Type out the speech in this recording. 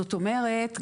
זאת אומרת,